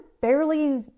barely